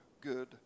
good